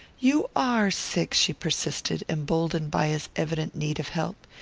you are sick, she persisted, emboldened by his evident need of help.